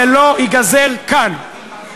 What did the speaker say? זה לא ייגזר כאן.